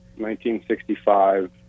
1965